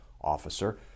officer